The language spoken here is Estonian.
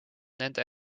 nende